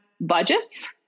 budgets